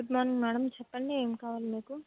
good morning madam చెప్పండి మీకు ఏమి కావాలి మీకు